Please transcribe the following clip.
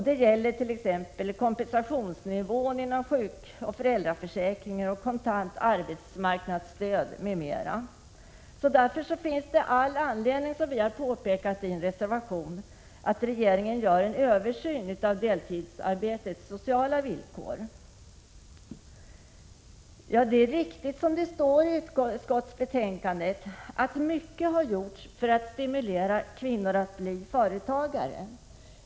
Det gäller kompensationsnivån inom sjukoch föräldraförsäkringar, kontant arbetsmarknadsstöd m.m. Därför finns det all anledning, som vi moderater har påpekat i en reservation, för regeringen att göra en översyn av deltidsarbetets sociala villkor. Det är riktigt, som det står i utskottsbetänkandet, att mycket har gjorts för att stimulera kvinnor att bli företagare.